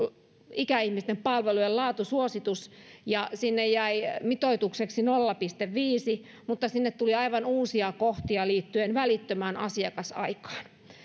ikäihmisten palvelujen laatusuositus ja sinne jäi mitoitukseksi nolla pilkku viisi mutta sinne tuli aivan uusia kohtia liittyen välittömään asiakasaikaan